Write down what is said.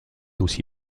aussi